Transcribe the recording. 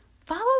follow